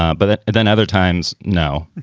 but then other times. no